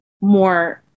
more